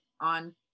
on